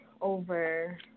over